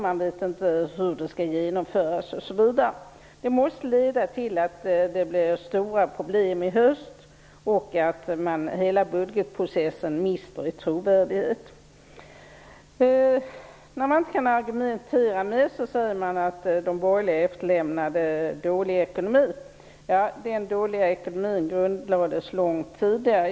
Man vet inte hur det skall genomföras osv. Det måste leda till att det blir stora problem i höst och att hela budgetprocessen mister i trovärdighet. När man inte kan argumentera mer säger man att de borgerliga efterlämnade en dålig ekonomi. Den dåliga ekonomin grundlades långt tidigare.